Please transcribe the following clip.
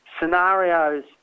scenarios